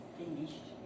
finished